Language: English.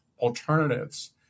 Alternatives